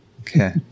Okay